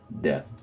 death